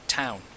town